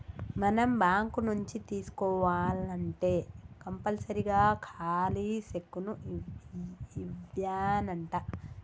మనం బాంకు నుంచి తీసుకోవాల్నంటే కంపల్సరీగా ఖాలీ సెక్కును ఇవ్యానంటా